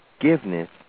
forgiveness